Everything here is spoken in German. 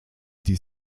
die